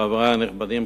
חברי הנכבדים,